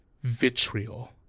Vitriol